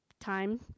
time